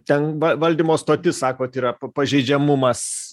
ten val valdymo stotis sakot yra pažeidžiamumas